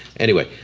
anyway,